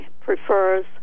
prefers